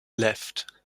left